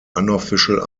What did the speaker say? unofficial